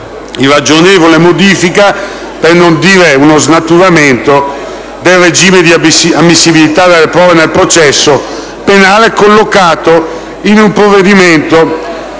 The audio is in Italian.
irragionevole modifica, per non dire uno snaturamento, del regime di ammissibilità delle prove nel processo penale, collocata in un provvedimento